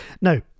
now